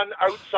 outside